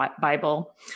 Bible